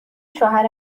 شوهر